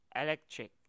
Electric